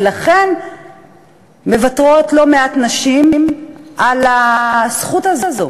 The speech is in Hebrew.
ולכן לא מעט נשים מוותרות על הזכות הזאת,